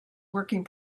working